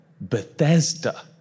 Bethesda